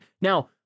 now